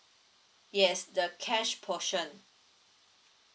yes the cash portion